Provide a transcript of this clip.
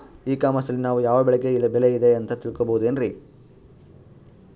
E commerce ನಲ್ಲಿ ನಾವು ಯಾವ ಬೆಳೆಗೆ ಬೆಲೆ ಇದೆ ಅಂತ ತಿಳ್ಕೋ ಬಹುದೇನ್ರಿ?